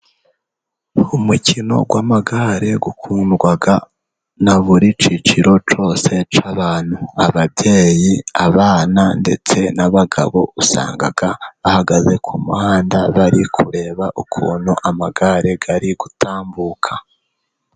Umukino w'amagare ukundwa na buri cyiciro cyose cy'abantu ababyeyi ,abana, ndetse n'abagabo usanga bahagaze ku muhanda bari kureba ukuntu amagare ari gutambuka.